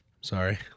Sorry